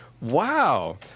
Wow